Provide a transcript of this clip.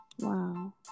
Wow